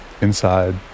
inside